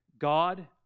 God